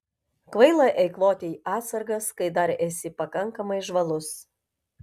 kvaila eikvoti atsargas kai dar esi pakankamai žvalus